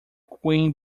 queen